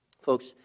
Folks